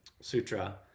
Sutra